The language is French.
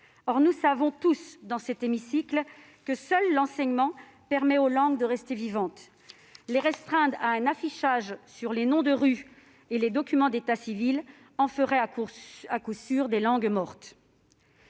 Or nous savons tous, dans cet hémicycle, que seul l'enseignement permet aux langues régionales de rester vivantes. Les restreindre à un affichage sur les noms de rue et les documents d'état civil en ferait à coup sûr des langues mortes.